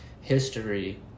history